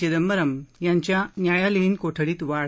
चिंदबरम यांच्या न्यायालयीन कोठडीत वाढ